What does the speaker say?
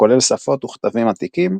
הכולל שפות וכתבים עתיקים,